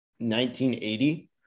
1980